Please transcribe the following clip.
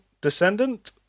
Descendant